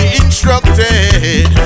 instructed